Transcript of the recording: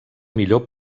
millor